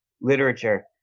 literature